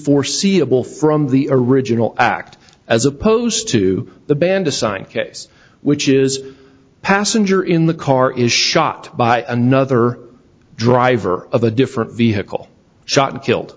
foreseeable from the original act as opposed to the band assigned case which is a passenger in the car is shot by another driver of a different vehicle shot and killed